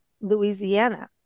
Louisiana